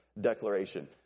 declaration